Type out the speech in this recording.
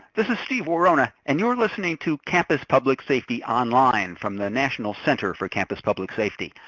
this is steve worona, and you're listening to campus public safety online, from the national center for campus public safety.